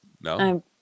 No